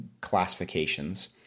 Classifications